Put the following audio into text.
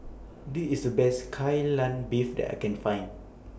This IS Best Kai Lan Beef that I Can Find